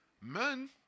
men